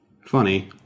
Funny